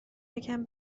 یکم